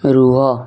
ରୁହ